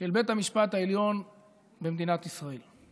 של בית המשפט העליון במדינת ישראל.